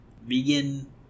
vegan